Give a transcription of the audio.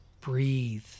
breathe